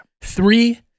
three